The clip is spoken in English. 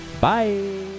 bye